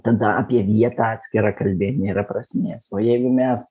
tada apie vietą atskirą kalbėt nėra prasmės o jeigu mes